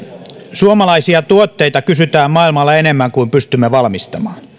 suomalaisia tuotteita kysytään maailmalla enemmän kuin pystymme valmistamaan